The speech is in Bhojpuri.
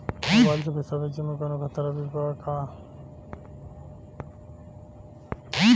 मोबाइल से पैसा भेजे मे कौनों खतरा भी बा का?